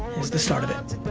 is the start of it.